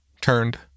turned